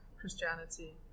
Christianity